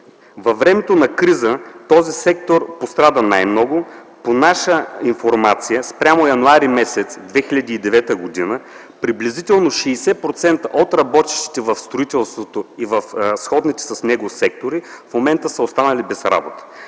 Във времето на криза този сектор пострада най-много. По наша информация спрямо м. януари 2009 г. приблизително 60% от работещите в строителството и в сходните с него сектори в момента са останали без работа.